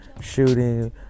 shooting